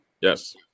Yes